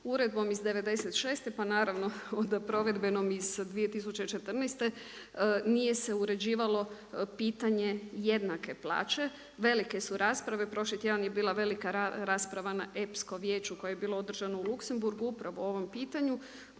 Uredbom iz '96., pa naravno onda provedbenom iz 2014. nije se uređivalo pitanje jednake plaće. Velike su rasprave, prošli tjedan je bila velika rasprava na epskom vijeću koje je bilo održano u Luksemburgu upravo o ovom pitanju.